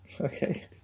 Okay